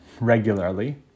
regularly